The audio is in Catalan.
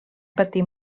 patir